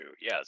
yes